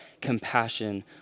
compassion